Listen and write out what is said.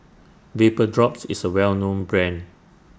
Vapodrops IS A Well known Brand